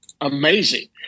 amazing